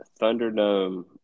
Thunderdome